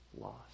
lost